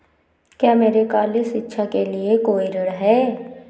क्या मेरे कॉलेज शिक्षा के लिए कोई ऋण है?